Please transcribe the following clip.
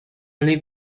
only